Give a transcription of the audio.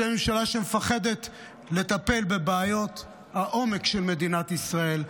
זו ממשלה שמפחדת לטפל בבעיות העומק של מדינת ישראל,